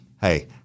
Hey